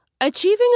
Achieving